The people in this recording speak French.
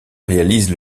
réalise